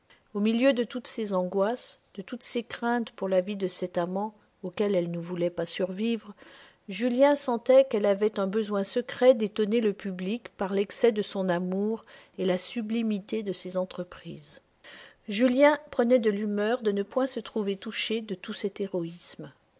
au milieu de toutes ses angoisses de toutes ses craintes pour la vie de cet amant auquel elle ne voulait pas survivre julien sentait qu'elle avait un besoin secret d'étonner le public par l'excès de son amour et la sublimité de ses entreprises julien prenait de l'humeur de ne point se trouver touché de tout cet